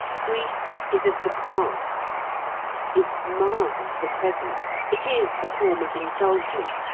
grief is of the past it mars the present it is a form of indulgence,